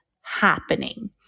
happening